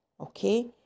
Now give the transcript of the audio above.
Okay